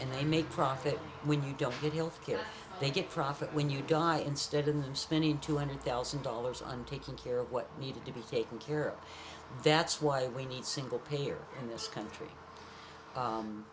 and they make profit when you don't get health care or they get profit when you die instead of spending two hundred thousand dollars on taking care of what needed to be taken care of that's why we need single payer in this country